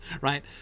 right